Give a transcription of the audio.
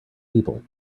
people